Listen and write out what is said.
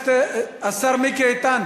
השר מיקי איתן.